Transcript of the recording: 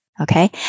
okay